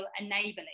enabling